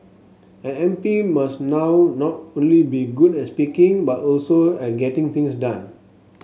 an M P must now not only be good at speaking but also at getting things done